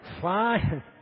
Fine